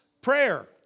prayer